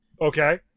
Okay